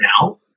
now